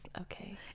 okay